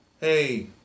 hey